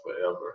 forever